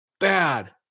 bad